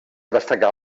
destacar